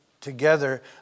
together